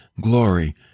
glory